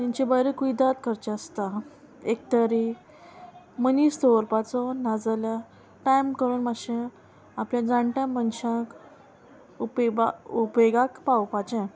तेंचे बरें कुयदाद करचे आसता एक तरी मनीस दवरपाचो नाजाल्या टायम करून मातशें आपल्या जाण्ट्या मनशाक उपेबा उपेगाक पावपाचें